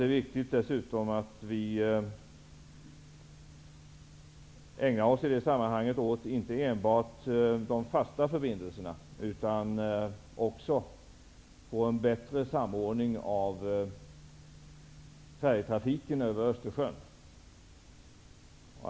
Det är viktigt att vi i det här sammanhanget inte enbart ägnar oss åt de fasta förbindelserna. Det måste också bli en bättre samordning av färjetrafiken över Östersjön.